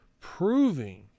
proving